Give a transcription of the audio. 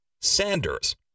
Sanders